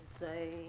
say